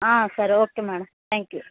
సరే okay madam thank you